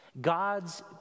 God's